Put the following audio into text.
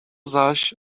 zaś